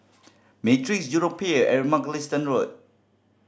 Matrix Jurong Pier and Mugliston Road